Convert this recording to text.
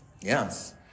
Yes